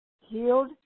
healed